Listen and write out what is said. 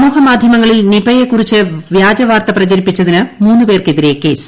സമൂഹ മാധ്യമങ്ങളിൽ നിപയെക്കുറിച്ച് വ്യാജവാർത്ത പ്രചരിപ്പിച്ചതിന് മൂന്ന് പേർക്കെട്ടിൽ കേസ്